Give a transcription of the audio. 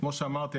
כמו שאמרתי,